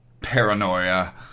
paranoia